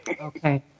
Okay